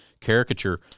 caricature